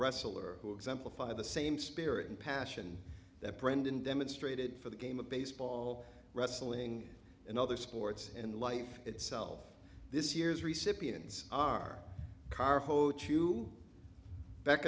wrestler who exemplify the same spirit and passion that brendon demonstrated for the game of baseball wrestling and other sports and life itself this year's re cyprian's our car hote you back